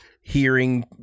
hearing